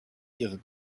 ihrer